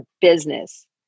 business